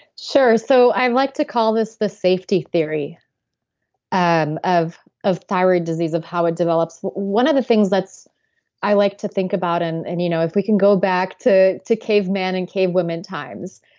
sure. so i like to call this the safety theory um of of thyroid disease, of how it develops. one of the things i like to think about, and and you know if we can go back to to caveman and cavewoman times.